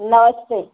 नमस्ते